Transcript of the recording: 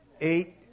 eight